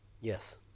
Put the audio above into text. yes